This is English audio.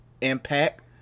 Impact